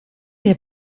der